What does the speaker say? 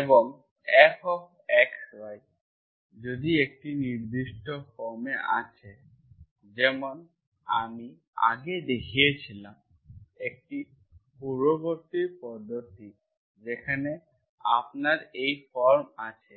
এবং fxy যদি একটি নির্দিষ্ট ফর্ম আছে যেমন আমি আগে দেখিয়েছিলাম একটি পূর্ববর্তী পদ্ধতি যেখানে আপনার এই ফর্ম আছে